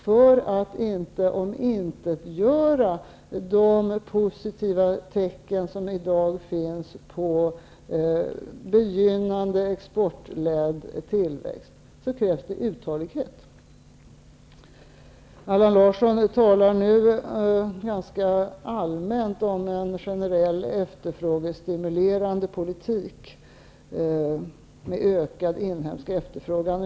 För att inte omintetgöra de positiva tecken som i dag finns på begynnande exportledd tillväxt krävs det uthållighet. Allan Larsson talar nu ganska allmänt om en generell efterfrågestimulerande politik med ökad inhemsk efterfrågan.